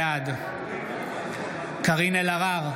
בעד קארין אלהרר,